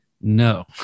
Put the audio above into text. no